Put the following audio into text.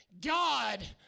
God